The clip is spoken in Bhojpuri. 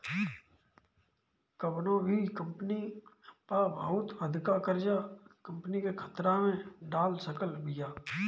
कवनो भी कंपनी पअ बहुत अधिका कर्जा कंपनी के खतरा में डाल सकत बिया